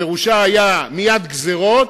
פירושה היה מייד גזירות,